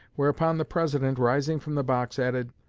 whereupon the president, rising from the box, added,